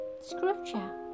scripture